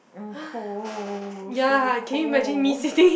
I'm cold so cold